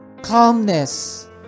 calmness